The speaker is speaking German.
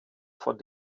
von